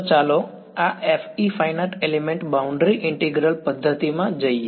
તો ચાલો આ FE finite element boundary integral પદ્ધતિમાં જઈએ